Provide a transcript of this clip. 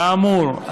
כאמור,